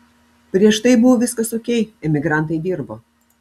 prieš tai buvo viskas okei emigrantai dirbo